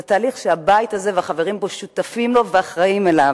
זה תהליך שהבית הזה והחברים בו שותפים לו ואחראים לו.